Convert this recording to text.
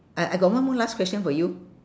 I I got one more last question for you